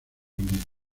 unidos